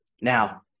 Now